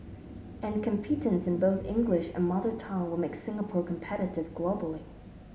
and competence in both English and mother tongue will make Singapore competitive globally